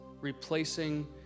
replacing